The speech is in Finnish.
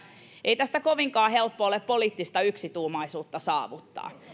ettei tästä kovinkaan helppo ole poliittista yksituumaisuutta saavuttaa